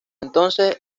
entonces